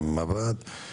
גם הוועד,